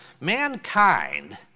Mankind